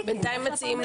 בלת"מ.